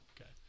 Okay